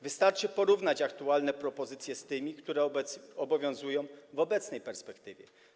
Wystarczy porównać aktualne propozycje z tymi, które obowiązują w obecnej perspektywie.